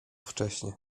wcześnie